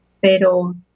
Pero